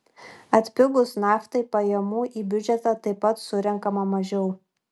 atpigus naftai pajamų į biudžetą taip pat surenkama mažiau